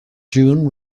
june